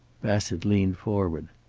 bassett leaned forward.